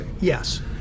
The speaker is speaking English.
yes